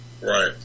right